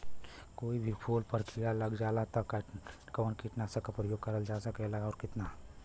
कोई भी फूल पर कीड़ा लग जाला त कवन कीटनाशक क प्रयोग करल जा सकेला और कितना?